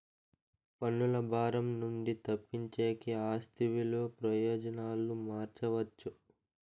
పన్నుల భారం నుండి తప్పించేకి ఆస్తి విలువ ప్రయోజనాలు మార్చవచ్చు